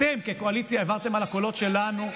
אתם כקואליציה העברתם על הקולות שלנו,